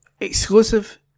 exclusive